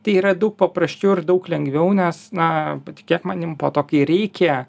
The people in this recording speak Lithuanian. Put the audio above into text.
tai yra daug paprasčiau ir daug lengviau nes na patikėk manim po to kai reikia